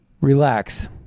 relax